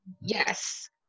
yes